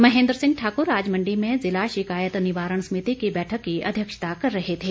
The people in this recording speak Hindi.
महेन्द्र सिंह ठाकुर आज मंडी में जिला शिकायत निवारण समिति की बैठक की अध्यक्षता कर रहे थे